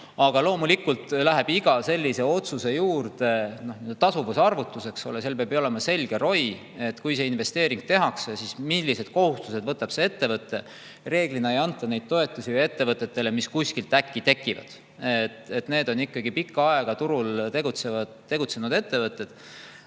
Aga loomulikult [käib] iga sellise otsuse juurde tasuvusarvutus, eks ole. Seal peab olema selge ROI, et kui see investeering tehakse, siis millised kohustused see ettevõte võtab. Reeglina ei anta neid toetusi ettevõtetele, mis kuskilt äkki tekivad. Need on ikkagi pikka aega turul tegutsenud ettevõtted.